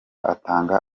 atanga